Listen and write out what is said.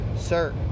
sir